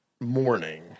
morning